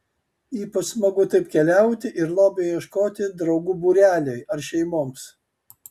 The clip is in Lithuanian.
ypač smagu taip keliauti ir lobio ieškoti draugų būreliui ar šeimoms